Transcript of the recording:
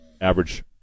Average